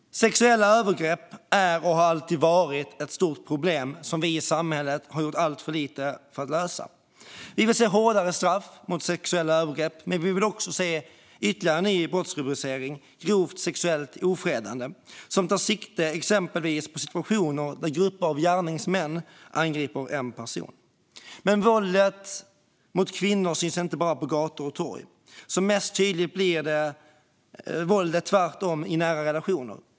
Sexuella övergrepp är och har alltid varit ett stort problem som vi som samhälle har gjort alltför lite för att lösa. Vi vill se hårdare straff för sexuella övergrepp, men vill också se en ny brottsrubricering - grovt sexuellt ofredande - som tar sikte på exempelvis situationer där grupper av gärningsmän angriper en person. Våldet mot kvinnor syns dock inte bara på gator och torg; som mest tydligt blir våldet tvärtom i nära relationer.